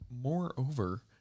Moreover